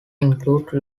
include